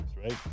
right